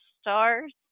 Stars